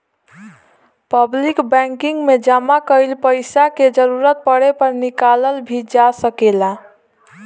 public banking में जामा कईल पइसा के जरूरत पड़े पर निकालल भी जा सकेला